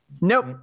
Nope